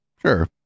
Sure